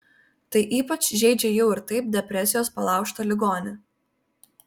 tai ypač žeidžia jau ir taip depresijos palaužtą ligonį